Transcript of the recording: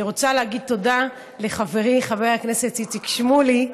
אני רוצה להגיד תודה לחברי חבר הכנסת איציק שמולי,